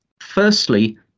firstly